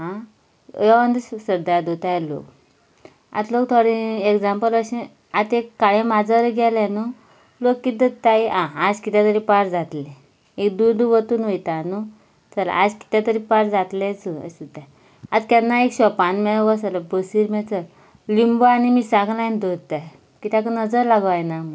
आ हे अंदश्रद्धा दवरत्ताय लोक आतां लोक थोडे एग्जामल अशें आतां एक काळें माजर गेलें न्हू लोक किदें करत्ताय आ आज किदें तरी पाड जातलें दूद ओतून वयता न्हू चल आयज किदें तरी पाड जातलेंच अशें चिंत्ताय आतां केन्ना शोपान बी वच जाल्या बसी वसत लिंबू आनी मिसांगो लायन दवरत्ताय किद्याक नजर लागूंक जायना म्हूण